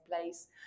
place